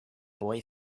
boy